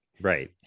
Right